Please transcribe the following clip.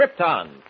Krypton